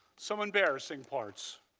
some embarrassing parts.